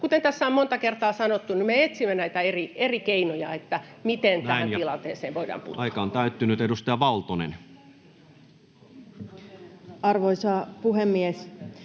kuten tässä on monta kertaa sanottu, me etsimme näitä eri keinoja, miten tähän tilanteeseen voidaan puuttua. [Speech 401] Speaker: Toinen varapuhemies